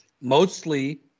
mostly